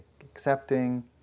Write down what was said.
accepting